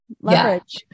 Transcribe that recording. Leverage